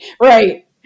Right